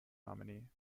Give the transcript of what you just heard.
nominee